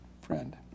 friend